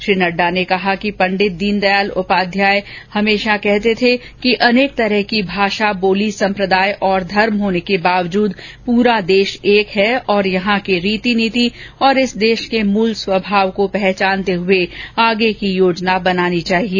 श्री नड़डा ने कहा कि पंडित दीनदयाल उपाध्याय हमेशा कहते थे कि अनेक तरह की भाषा बोली संप्रदाय और धर्म होने के बावजूद प्रा देश एक है और यहां की रीति नीति और इस देश के मूल स्वभाव को पहचानते हुए आगे की योजना बनानी चाहिए